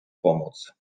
pomoc